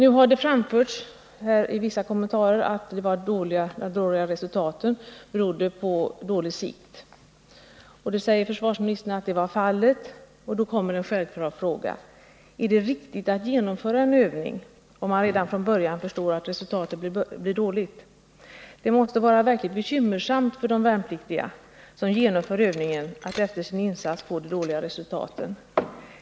I vissa kommentarer har det sagts att det dåliga övningsresultatet berodde på dålig sikt. Försvarsministern säger att detta var fallet, och då blir den självklara frågan: Är det riktigt att genomföra en övning, om man redan från början förstår att resultatet blir dåligt? Det måste vara verkligt bekymmersamt för de värnpliktiga som genomför övningen att få så dåliga resultat.